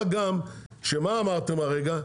מה גם שמה אמרתם הרגע?